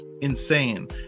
Insane